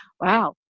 wow